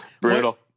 Brutal